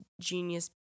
genius